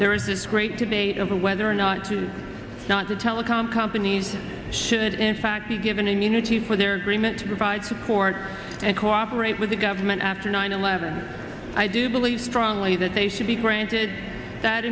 there is this great today to whether or not to the telecom companies should in fact be given immunity for their dream and provide support and cooperate with the governor after nine eleven i do believe strongly that they should be granted that